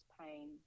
pain